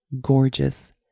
gorgeous